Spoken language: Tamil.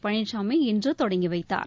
பழனிசாமி இன்று தொடங்கி வைத்தார்